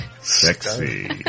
sexy